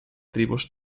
tribus